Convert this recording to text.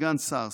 סגן שר,